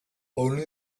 only